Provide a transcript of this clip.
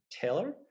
taylor